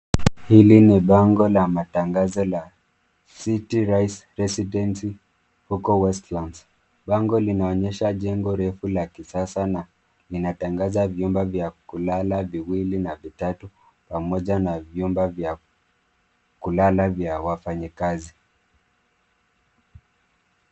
Hili ni bango la matangazo la City Rise Residency huko Westlands. Bango linaonyesha jengo refu la kisasa na linatangaza vyumba vya kulala viwili na vitatu pamoja na vyumba vya kulala vya wafanyikazi.